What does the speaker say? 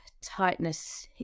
tightness